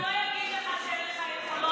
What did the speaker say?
יריב, הוא לא יגיד לך שאין לך יכולות,